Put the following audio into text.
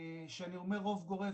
כאשר אני אומר רוב גורף,